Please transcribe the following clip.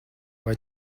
vai